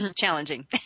challenging